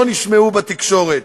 שלא נשמעו בתקשורת.